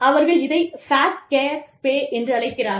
அவர்கள் இதை fat cat pay என்றழைக்கிறார்கள்